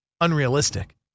unrealistic